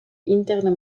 interne